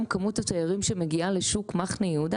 כמות התיירים שמגיעה לשוק מחנה יהודה